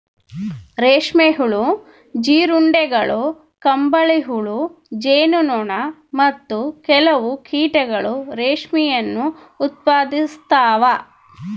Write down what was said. ರೇಷ್ಮೆ ಹುಳು, ಜೀರುಂಡೆಗಳು, ಕಂಬಳಿಹುಳು, ಜೇನು ನೊಣ, ಮತ್ತು ಕೆಲವು ಕೀಟಗಳು ರೇಷ್ಮೆಯನ್ನು ಉತ್ಪಾದಿಸ್ತವ